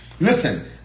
Listen